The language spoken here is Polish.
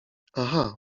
aha